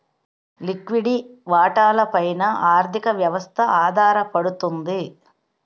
లిక్విడి వాటాల పైన ఆర్థిక వ్యవస్థ ఆధారపడుతుంది